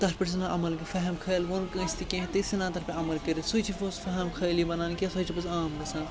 تَتھ پٮ۪ٹھ ژھٕنان عمل فٮ۪ہَم خیٲلی ووٚن کٲنٛسہِ تہِ کینٛہہ تہِ ژھٕنان تَتھ پٮ۪ٹھ عمل کٔرِتھ سُے چھِ پوٚتُس فٮ۪ہَم خیٲلی بَنان کہِ سوے چھِ پوٚتُس عام گژھان